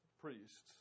Priests